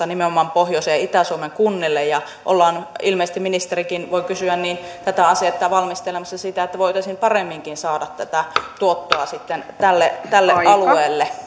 nimenomaan pohjoisen ja itä suomen kunnille ja ollaan ilmeisesti ministeri voin kysyä tätä asiaa valmistelemassa että voitaisiin paremminkin saada tätä tuottoa tälle tälle alueelle